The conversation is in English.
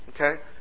Okay